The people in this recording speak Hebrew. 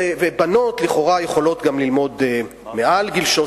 בנות לכאורה יכולות גם ללמוד מעל גיל 13,